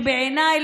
שבעיניי,